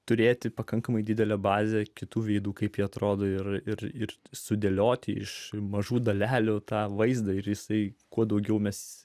turėti pakankamai didelę bazę kitų veidų kaip ji atrodo ir ir ir sudėlioti iš mažų dalelių tą vaizdą ir jisai kuo daugiau mes